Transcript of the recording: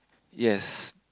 yes